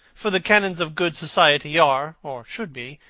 for the canons of good society are, or should be,